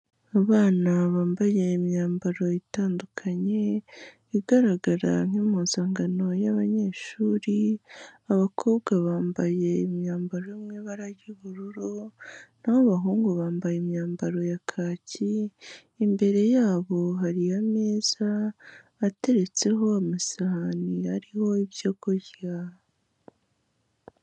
Abana bambaye imyambaro itandukanye igaragara nk'impuzangano y'abanyeshuri. Abakobwa bambaye imyambaro yo mu iba ry'ubururu, naho abahungu bambaye imyambaro ya kaki, imbere yabo hariyo ameza ateretseho amasahani yariho ibyogorya.